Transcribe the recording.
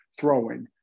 throwing